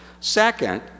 Second